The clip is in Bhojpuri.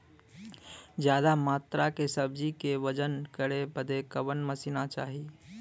ज्यादा मात्रा के सब्जी के वजन करे बदे कवन मशीन चाही?